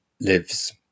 lives